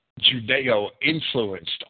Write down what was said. Judeo-influenced